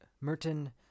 Merton